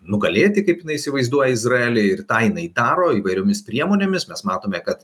nugalėti kaip jinai įsivaizduoja izraelį ir tą jinai daro įvairiomis priemonėmis mes matome kad